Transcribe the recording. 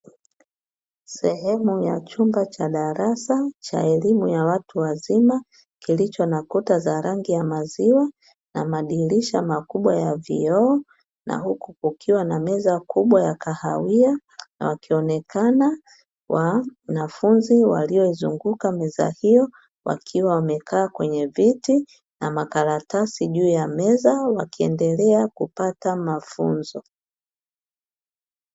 Sehemu ya chumba cha darasa cha elimu ya watu wazima kilicho na kuta ya rangi ya maziwa na madirisha makubwa ya vioo na huku kukiwa na meza kubwa ya kahawia, wakionekana wanafunzi waliyoizunguka meza hiyo wakiwa wamekaa kwenye viti na makaratasi juu ya meza wakiendelea kupata mafunzo.